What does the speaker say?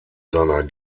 seiner